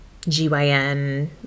GYN